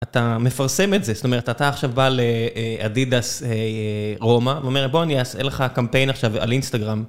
אתה מפרסם את זה, זאת אומרת, אתה עכשיו בא לאדידס רומא ואומר בוא אני אעשה לך קמפיין עכשיו על אינסטגרם.